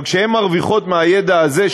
אבל כשהן מרוויחות מהידע הזה,